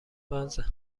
بازه